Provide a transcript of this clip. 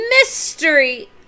mystery